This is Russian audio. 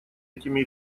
этими